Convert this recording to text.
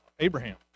Abraham